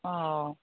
ꯑꯥ